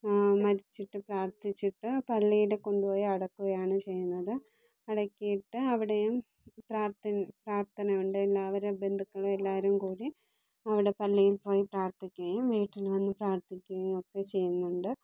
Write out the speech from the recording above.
മരിച്ചിട്ട് പ്രാർത്ഥിച്ചിട്ട് പള്ളിയിൽ കൊണ്ടുപോയി അടക്കുകയാണ് ചെയ്യുന്നത് അടക്കിയിട്ട് അവിടെയും പ്രാർത്ഥന പ്രാർത്ഥന ഉണ്ട് എല്ലാവരും ബന്ധുക്കൾ എല്ലാവരും കൂടി അവിടെ പള്ളിയിൽ പോയി പ്രാർത്ഥിക്കുകയും വീട്ടിൽ വന്ന് പ്രാർത്ഥിക്കുകയും ഒക്കെ ചെയ്യുന്നുണ്ട്